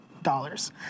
dollars